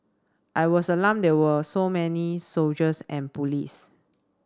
I was alarmed there were so many soldiers and police